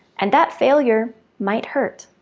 and that failure might hurt.